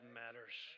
matters